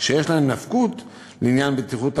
שיש להן נפקות לעניין בטיחות ההסעה.